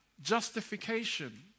justification